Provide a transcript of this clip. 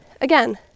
again